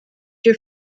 your